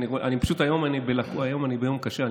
אני היום פשוט ביום קשה,